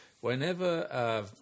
Whenever